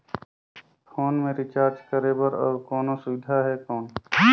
Phone मे recharge करे बर और कोनो सुविधा है कौन?